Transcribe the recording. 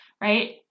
right